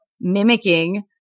mimicking